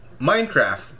Minecraft